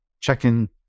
Check-in